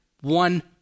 one